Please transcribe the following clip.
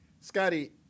Scotty